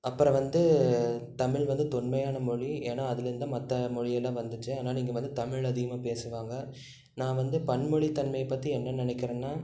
அப்புறம் வந்து தமிழ் வந்து தொன்மையான மொழி ஏன்னா அதுலருந்து தான் மற்ற மொழி எல்லாம் வந்துச்சு அதனால் இங்கே வந்து தமிழ் அதிகமாக பேசுவாங்க நான் வந்து பன்மொழி தன்மையை பற்றி என்ன நினைக்கிறேனா